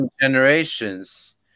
generations